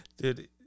Dude